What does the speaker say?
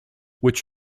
which